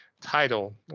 title